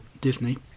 Disney